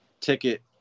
ticket